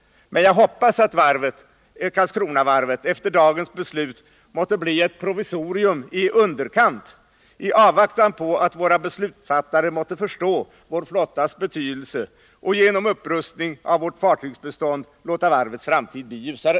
Men jag hoppas att Karlskronavarvet efter dagens beslut måtte bli ett provisorium i underkant i avvaktan på att våra beslutsfattare måtte förstå vår flottas betydelse och genom upprustning av vårt fartygsbestånd låter varvets framtid bli ljusare.